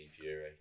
Fury